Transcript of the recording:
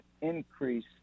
increase